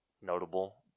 notable